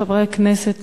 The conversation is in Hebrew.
חברי הכנסת,